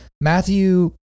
Matthew